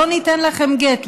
לא ניתן לכם גט.